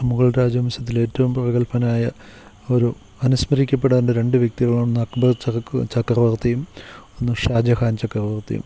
മുഗൾ രാജവംശത്തിലേറ്റവും പ്രഗൽഭനായ ഒരു അനുസ്മരിക്കപ്പെടേണ്ട രണ്ടു വ്യക്തികളാണൊന്ന് അക്ബർ ചർക ചക്രവർത്തിയും ഒന്ന് ഷാ ജഹാൻ ചക്രവർത്തിയും